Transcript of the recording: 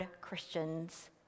Christians